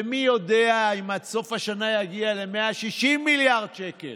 ומי יודע אם עד סוף השנה יגיע ל-160 מיליארד שקל,